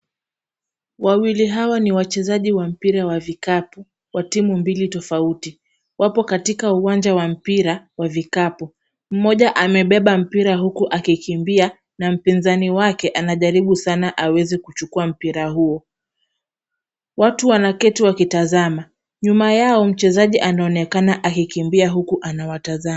Wawili hawa ni wachezaji wa mpira wa vikapu, wa timu mbili tofauti. Wapo katika uwanja wa mpira wa vikapu. Mmoja amebeba mpira huku akikimbia na mpinzani wake anajaribu sana aweze kuchukua mpira huo. Watu wanaketi wakitazama, nyuma yao mchezaji anaonekana akikimbia huku anawatazama.